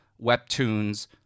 Webtoons